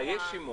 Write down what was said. אה, יש שימוע.